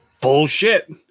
Bullshit